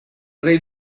rei